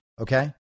okay